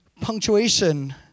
punctuation